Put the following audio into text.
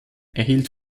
erhielt